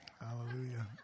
Hallelujah